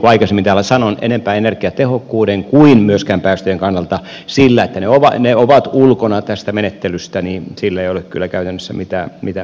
niin kuin aikaisemmin täällä sanoin enempää energiatehokkuuden kuin myöskään päästöjen kannalta sillä että ne ovat ulkona tästä menettelystä ei ole kyllä käytännössä mitään merkitystä